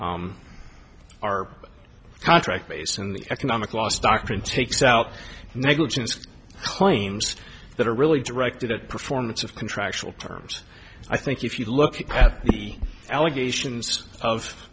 are contract based in the economic loss doctrine takes out negligence claims that are really directed at performance of contractual terms i think if you look at the allegations of